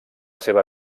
seva